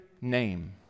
name